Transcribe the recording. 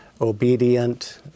obedient